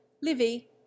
livy